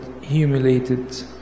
humiliated